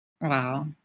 Wow